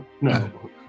no